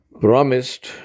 promised